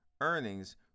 earnings